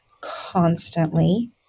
constantly